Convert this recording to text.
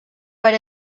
per